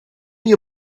you